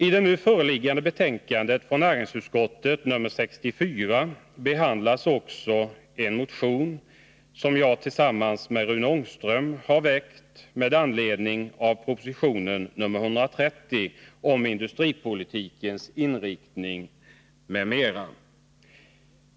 I det nu föreliggande betänkandet från näringsutskottet, nr 64, behandlas också en motion som jag tillsammans med Rune Ångström har väckt med anledning av proposition 130 om industripolitikens inriktning, m.m.